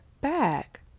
back